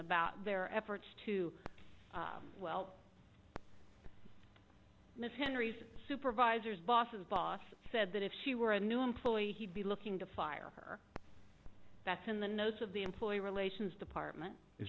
about their efforts to well miss him in recent supervisors boss's boss said that if she were a new employee he'd be looking to fire her that's in the nose of the employee relations department is